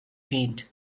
paint